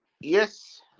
Yes